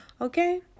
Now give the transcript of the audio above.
Okay